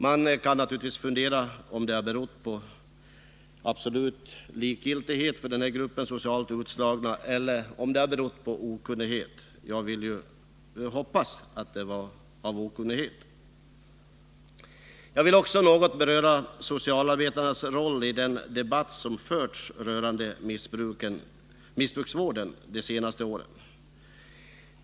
Man kan naturligtvis fundera över om det har berott på absolut likgiltighet för den här gruppen socialt utslagna eller på okunnighet; jag vill hoppas att det är på okunnighet. Jag vill också något beröra socialarbetarnas roll i den debatt som förts rörande missbruksvården de senaste åren.